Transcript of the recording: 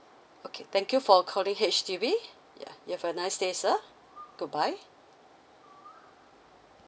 okay thank you for calling H_D_B ya you have a nice day sir goodbye